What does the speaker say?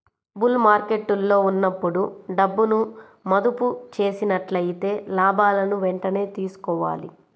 bull మార్కెట్టులో ఉన్నప్పుడు డబ్బును మదుపు చేసినట్లయితే లాభాలను వెంటనే తీసుకోవాలి